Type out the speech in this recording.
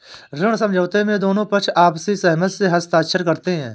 ऋण समझौते में दोनों पक्ष आपसी सहमति से हस्ताक्षर करते हैं